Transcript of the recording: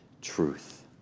truth